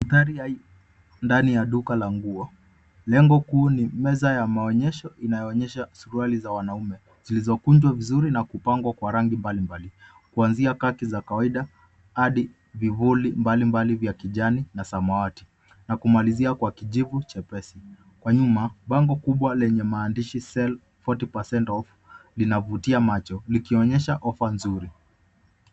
Ndani ya duka la nguo. Lengo kuu ni meza ya maonyesho inayoonyesha suruali za wanaume zilizokunjwa vizuri na kupangwa kwa rangi mbalimbali kuanzia haki za kawaida hadi vivuli mbalimbali vya kijani na samawati na kumalizia kwa kijivu jepesi. Kwa nyuma bango kubwa lenye maandishi sell 40 percent off linavutia macho likionyesha offer nzuri.